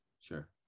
Sure